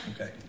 Okay